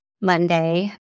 Monday